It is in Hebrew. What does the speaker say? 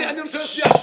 אני רוצה להצביע עכשיו.